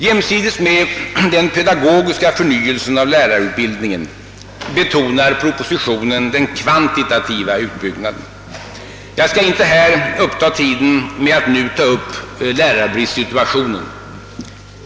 Jämsides med den pedagogiska förnyelsen av lärarutbildningen betonar propositionen den kvantitativa utbyggnaden. Jag skall inte ta upp tiden med att nu beröra lärarbristsituationen.